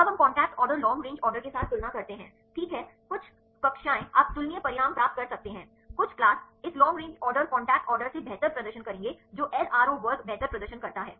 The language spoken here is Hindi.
अब हम contact order long range order के साथ तुलना करते हैं ठीक है कुछ कक्षाएं आप तुलनीय परिणाम प्राप्त कर सकते हैं कुछ क्लास इस long range order contact order से बेहतर प्रदर्शन करेंगे जो एलआरओ वर्ग बेहतर प्रदर्शन करता है